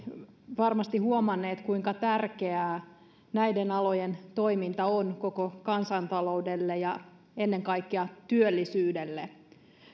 varmasti huomanneet kuinka tärkeää näiden alojen toiminta on koko kansantaloudelle ja ennen kaikkea työllisyydelle